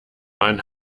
man